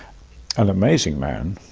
an amazing man.